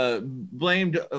blamed